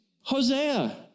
Hosea